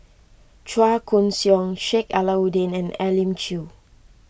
Chua Koon Siong Sheik Alau'ddin and Elim Chew